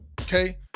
okay